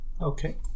Okay